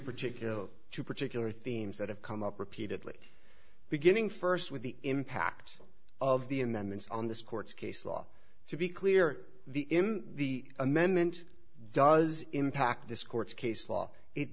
particular to particular themes that have come up repeatedly beginning first with the impact of the in then this on this court's case law to be clear the him the amendment does impact this court case law it